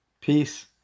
Peace